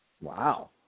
Wow